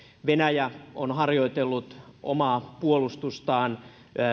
venäjä on harjoitellut omaa puolustustaan